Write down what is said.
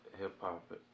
hip-hop